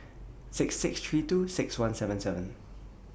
six six three two six one seven seven